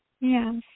Yes